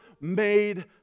made